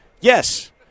Yes